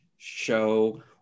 show